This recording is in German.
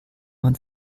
man